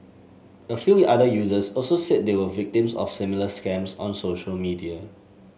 a few other users also said they were victims of similar scams on social media